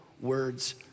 words